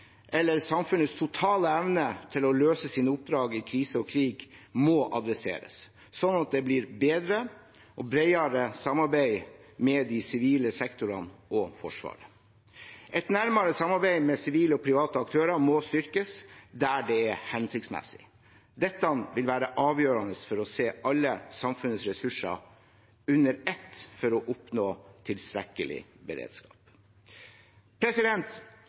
samfunnets totale evne til å løse sine oppdrag i krise og krig, må adresseres, slik at det blir et bedre og bredere samarbeid med de sivile sektorene og Forsvaret. Et nærmere samarbeid med sivile og private aktører må styrkes der det er hensiktsmessig. Dette vil være avgjørende for å se alle samfunnets ressurser under ett for å oppnå en tilstrekkelig beredskap.